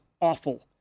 awful